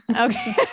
Okay